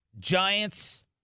Giants